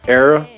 era